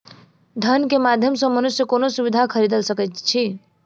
धन के माध्यम सॅ मनुष्य कोनो सुविधा खरीदल सकैत अछि